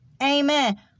Amen